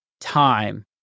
Time